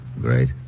great